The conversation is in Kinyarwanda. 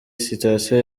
sitasiyo